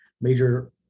major